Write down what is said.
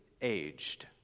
aged